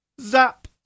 zap